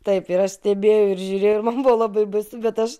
taip ir aš stebėjau ir žiūrėjau ir man buvo labai baisu bet aš